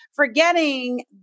forgetting